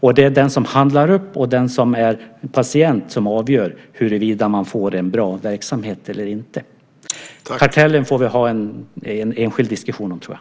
Och det är den som handlar upp och patienten som avgör huruvida man får en bra verksamhet eller inte. Kartellen får vi ha en enskild diskussion om, tror jag.